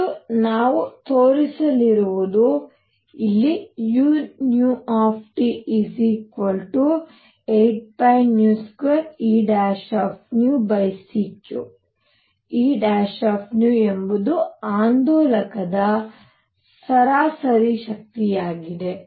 ಮತ್ತು ನಾವು ತೋರಿಸಲಿರುವುದು ಇಲ್ಲಿ u 8π2Eνc3 Eνಎಂಬುದು ಆಂದೋಲಕದ ಸರಾಸರಿ ಶಕ್ತಿಯಾಗಿದೆ